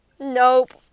Nope